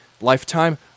lifetime